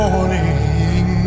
Morning